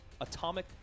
Atomic